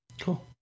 cool